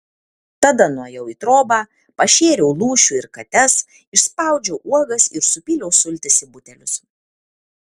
tada nuėjau į trobą pašėriau lūšių ir kates išspaudžiau uogas ir supyliau sultis į butelius